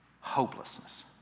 hopelessness